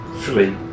Free